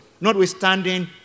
notwithstanding